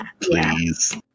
please